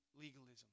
legalism